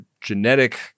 genetic